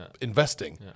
investing